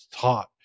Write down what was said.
taught